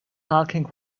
talking